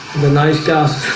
the nice tasks